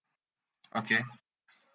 okay